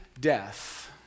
Death